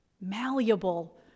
malleable